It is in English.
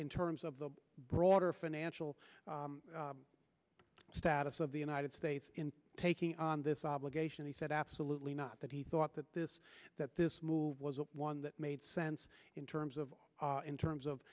in terms of the broader financial status of the united states in taking on this obligation he said absolutely not that he thought that this that this move was one that made sense in terms of in terms of